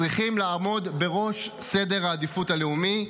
צריכים לעמוד בראש סדר העדיפות הלאומי.